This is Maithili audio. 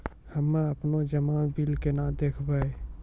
हम्मे आपनौ जमा बिल केना देखबैओ?